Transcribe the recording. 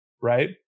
right